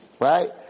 right